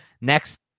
Next